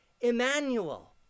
Emmanuel